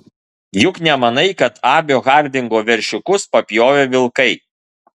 juk nemanai kad abio hardingo veršiukus papjovė vilkai